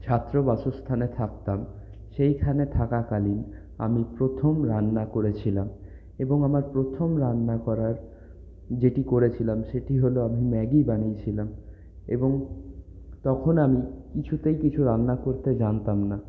ছাত্র বাসস্থানে থাকতাম সেইখানে থাকাকালীন আমি প্রথম রান্না করেছিলাম এবং আমার প্রথম রান্না করার যেটি করেছিলাম সেটি হলো আমি ম্যাগি বানিয়েছিলাম এবং তখন আমি কিছুতেই কিছু রান্না করতে জানতাম না